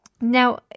Now